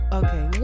okay